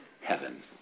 heaven